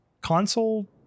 console